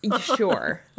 Sure